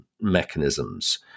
mechanisms